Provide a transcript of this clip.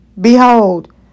Behold